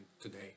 today